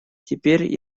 теперь